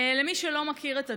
למי שלא מכיר את הדיון,